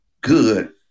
good